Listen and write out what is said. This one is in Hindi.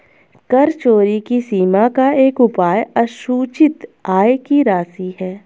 कर चोरी की सीमा का एक उपाय असूचित आय की राशि है